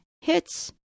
hits